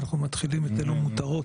אנחנו מתחילים את אלו מותרות.